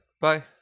Bye